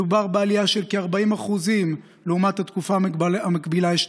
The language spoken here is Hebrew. מדובר בעלייה של כ-40% לעומת התקופה המקבילה אשתקד.